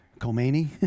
Khomeini